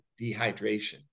dehydration